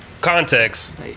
context